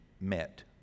met